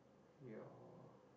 your